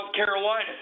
Carolina